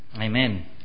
Amen